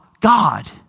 God